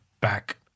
back